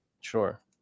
sure